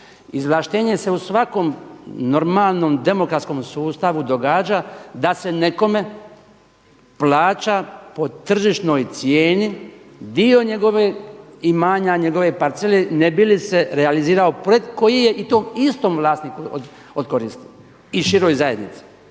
Izvlaštenje se u svakom normalnom demokratskom sustavu događa da se nekome plaća po tržišnoj cijeni dio njegovog imanja, njegove parcele ne bi li se realizirao koji je i to istom vlasniku od koristi i široj zajednici.